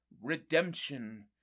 Redemption